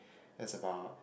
that's about